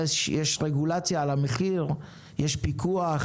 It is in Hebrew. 80 מטר על רבע דונם, ופוטנציאל להרחבת הבית